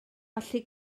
allu